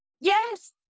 Yes